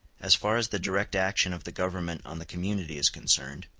as far as the direct action of the government on the community is concerned,